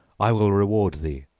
i will reward thee,